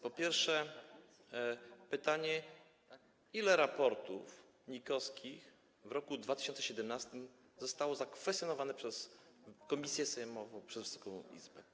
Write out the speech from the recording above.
Po pierwsze, ile raportów NIK-owskich w roku 2017 zostało zakwestionowanych przez komisję sejmową, przez Wysoką Izbę?